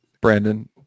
Brandon